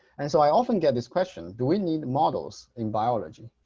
and so i often get this question, do we need models in biology?